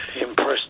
impressed